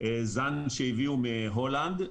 זן שהביאו מהולנד.